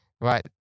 Right